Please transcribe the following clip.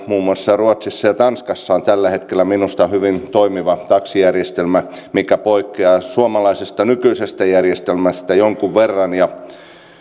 muun muassa ruotsissa ja tanskassa on tällä hetkellä minusta hyvin toimivat taksijärjestelmät mitkä poikkeavat suomalaisesta nykyisestä järjestelmästä jonkun verran